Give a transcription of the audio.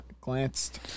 glanced